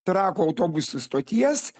trakų autobusų stoties